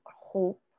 hope